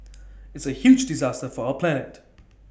it's A huge disaster for our planet